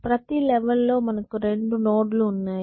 ప్రతి లెవెల్ లో మనకు రెండు నోడ్ లు ఉన్నాయి